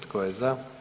Tko je za?